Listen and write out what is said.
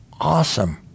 awesome